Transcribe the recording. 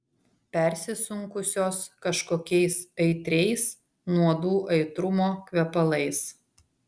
persisunkusios kažkokiais aitriais nuodų aitrumo kvepalais